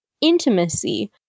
intimacy